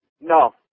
No